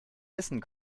wissen